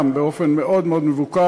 גם כן באופן מאוד מבוקר.